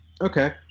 Okay